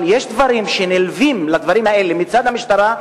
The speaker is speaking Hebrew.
אבל יש דברים שנלווים לדברים האלה מצד המשטרה,